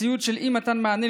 מציאות של אי-מתן מענה,